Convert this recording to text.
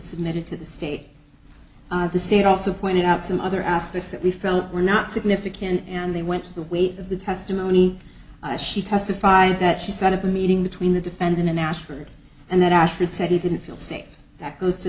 submitted to the state of the state also pointed out some other aspects that we felt were not significant and they went to the weight of the testimony as she testified that she set up a meeting between the defendant in ashland and that astrid said he didn't feel safe that close to